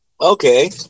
Okay